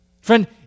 Friend